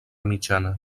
mitjana